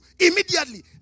Immediately